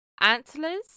Antlers